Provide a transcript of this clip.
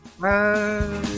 Bye